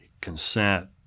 consent